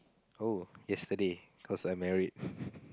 oh yesterday cause I married